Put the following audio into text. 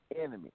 enemy